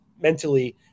mentally